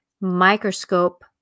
microscope